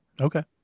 okay